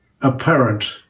apparent